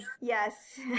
Yes